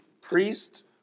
priest